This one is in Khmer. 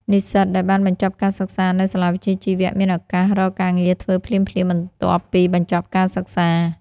និស្សិតដែលបានបញ្ចប់ការសិក្សានៅ សាលាវិជ្ជាជីវៈ មានឱកាស រកការងារធ្វើភ្លាមៗ បន្ទាប់ពីបញ្ចប់ការសិក្សា។